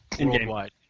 worldwide